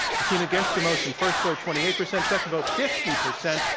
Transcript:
the team against the motion, first vote twenty eight percent, second vote fifty percent.